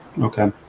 Okay